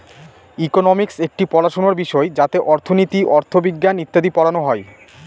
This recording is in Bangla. ইকোনমিক্স একটি পড়াশোনার বিষয় যাতে অর্থনীতি, অথবিজ্ঞান ইত্যাদি পড়ানো হয়